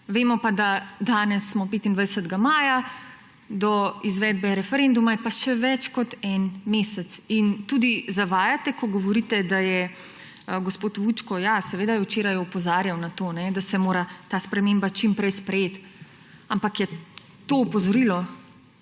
Vemo pa, da danes smo 25. maja, do izvedbe referenduma je pa še več kot en mesec. In tudi zavajate, ko govorite, da je gospod Vučko … Ja, seveda je včeraj opozarjal na to, da se mora ta sprememba čim prej sprejeti, ampak je to opozorilo